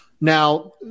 Now